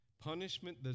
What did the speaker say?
Punishment